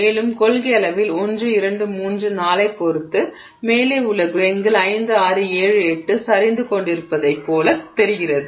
மேலும் கொள்கையளவில் 1 2 3 4 ப் பொறுத்து மேலே உள்ள கிரெய்ன்கள் 5 6 7 8 சரிந்து கொண்டிருப்பதைப் போலத் தெரிகிறது